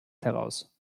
heraus